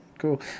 Cool